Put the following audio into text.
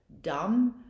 dumb